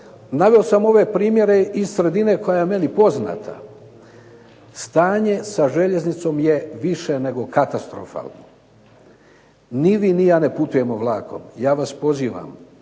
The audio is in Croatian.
naveo sam ove primjere iz sredine koja je meni poznata. Stanje sa željeznicom je više nego katastrofalno. Ni vi ni ja ne putujemo vlakom. Ja vas pozivam